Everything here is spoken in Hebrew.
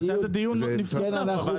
אז נעשה על זה דיון נוסף בוועדה.